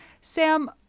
Sam